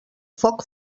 foc